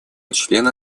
члена